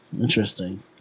Interesting